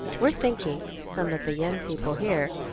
we're thinking, some of the young people here,